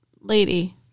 Lady